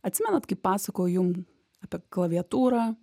atsimenat kaip pasakojau jum apie klaviatūrą